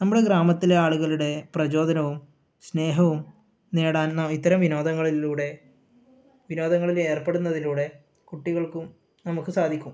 നമ്മുടെ ഗ്രാമത്തിലെ ആളുകളുടെ പ്രചോദനവും സ്നേഹവും നേടാൻ ന ഇത്തരം വിനോദങ്ങളിലൂടെ വിനോദങ്ങളിലേർപ്പെടുന്നതിലൂടെ കുട്ടികൾക്കും നമുക്കും സാധിക്കും